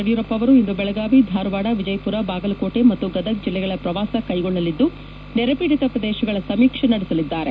ಯಡಿಯೂರಪ್ಪ ಅವರು ಇಂದು ಬೆಳಗಾವಿ ಧಾರವಾಡ ವಿಜಯಪುರ ಬಾಗಲಕೋಟೆ ಮತ್ತು ಗದಗ ಜಿಲ್ಲೆಗಳ ಪ್ರವಾಸ ಕೈಗೊಳ್ಳಲಿದ್ದು ನೆರೆ ಪೀಡಿತ ಪ್ರದೇಶಗಳ ಸಮೀಕ್ಷೆ ನಡೆಸಲಿದ್ದಾರೆ